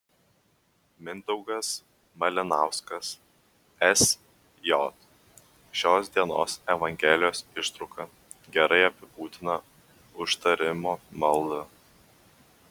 mindaugas malinauskas sj šios dienos evangelijos ištrauka gerai apibūdina užtarimo maldą